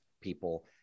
people